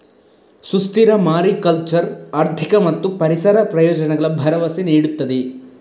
ಸುಸ್ಥಿರ ಮಾರಿಕಲ್ಚರ್ ಆರ್ಥಿಕ ಮತ್ತು ಪರಿಸರ ಪ್ರಯೋಜನಗಳ ಭರವಸೆ ನೀಡುತ್ತದೆ